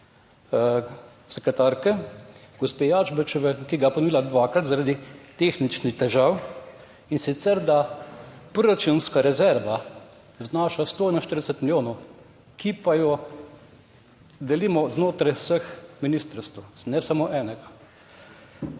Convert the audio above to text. sekretarke, gospe Jazbečeve, ki ga je ponnovila dvakrat zaradi tehničnih težav in sicer da proračunska rezerva znaša 141 milijonov, ki pa jo delimo znotraj vseh ministrstev, ne samo enega.